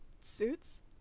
suits